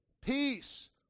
Peace